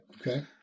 Okay